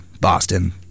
Boston